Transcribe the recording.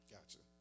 Gotcha